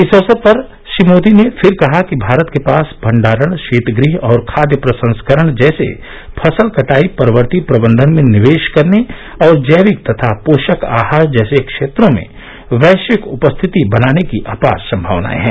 इस अवसर पर श्री मोदी ने फिर कहा कि भारत के पास भंडारण शीत गृह और खाद्य प्रसंस्करण जैसे फसल कटाई परवर्ती प्रबंधन में निवेश करने और जैविक तथा पोषक आहार जैसे क्षेत्रों में वैश्विक उपस्थिति बनाने की अपार संभावनाए हैं